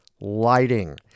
lighting